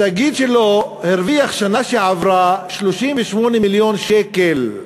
התאגיד שלו הרוויח בשנה שעברה 38 מיליון שקל.